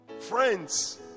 Friends